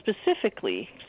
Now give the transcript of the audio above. specifically